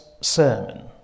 sermon